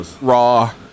raw